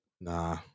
Nah